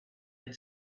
had